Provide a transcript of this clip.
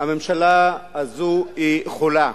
הממשלה הזאת חולה.